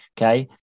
Okay